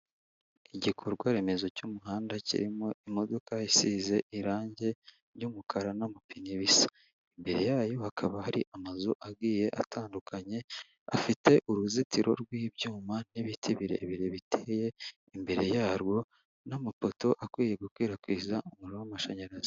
Igikorwa remezo cy'umuhanda kirimo imodoka isize irangi ry'umukara n'amapine bisa, imbere yayo hakaba hari amazu agiye atandukanye, afite uruzitiro rw'ibyuma n'ibiti birebire biteye imbere yarwo n'amapoto akwiye gukwirakwiza umuriro w'amashanyarazi.